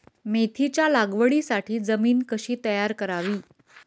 मेथीच्या लागवडीसाठी जमीन कशी तयार करावी?